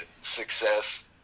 success